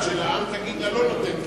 הדעת שלשכת העיתונות תגיד לה: לא נותנת לך.